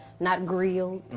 not grilled.